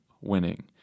winning